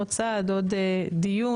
עוד צעד, עוד דיון.